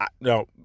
No